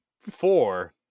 four